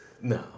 No